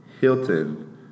Hilton